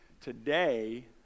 Today